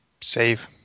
Save